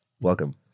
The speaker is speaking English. Welcome